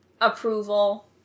approval